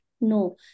No